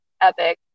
epic